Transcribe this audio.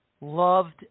loved